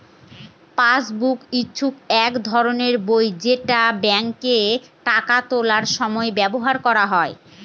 passbook হচ্ছে এক ধরনের বই যেটা ব্যাঙ্কে টাকা তোলার সময় ব্যবহার করা হয়